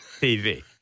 TV